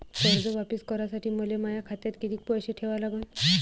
कर्ज वापिस करासाठी मले माया खात्यात कितीक पैसे ठेवा लागन?